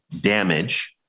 damage